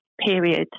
period